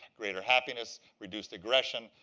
greater happiness, reduced aggression,